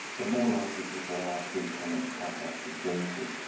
the more likely people are to come into contact with services.